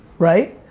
right?